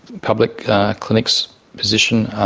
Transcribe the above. public clinic's position.